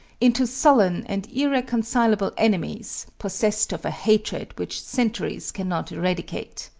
into sullen and irreconcilable enemies, possessed of a hatred which centuries cannot eradicate.